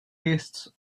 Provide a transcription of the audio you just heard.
tastes